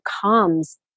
comes